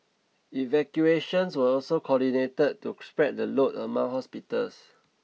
evacuations were also coordinated to spread the load among hospitals